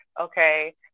okay